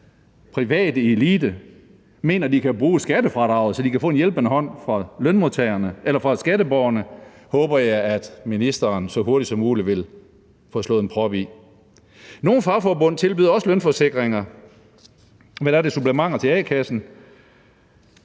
private elite mener, at de kan bruge skattefradraget, så de kan få en hjælpende hånd fra skatteborgerne – det håber jeg at ministeren så hurtigt som muligt vil slå en prop i. Nogle fagforbund tilbyder også lønforsikringer, men der er det supplementer til a-kassen.